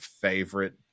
favorite